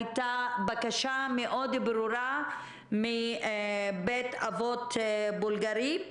הייתה בקשה מאוד ברורה מבית אבות בולגרי,